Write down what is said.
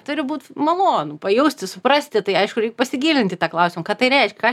turi būt malonu pajausti suprasti tai aišku reik pasigilint į tą klausimą ką tai reiškia ką